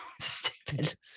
stupid